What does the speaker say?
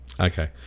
Okay